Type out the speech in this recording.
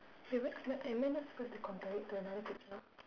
am I not supposed to compare it to another picture